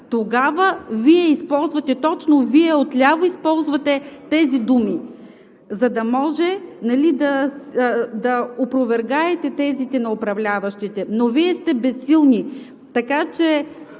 тогава Вие, точно Вие отляво, използвате тези думи, за да може да опровергаете тезите на управляващите. Но Вие сте безсилни.